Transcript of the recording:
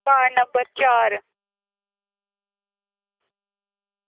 ward number चार